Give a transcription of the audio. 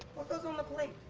what goes on the plate?